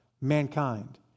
Mankind